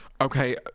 Okay